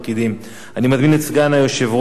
חבר הכנסת גאלב מג'אדלה,